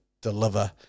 deliver